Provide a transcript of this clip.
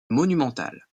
monumental